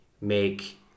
make